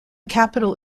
capital